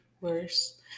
worse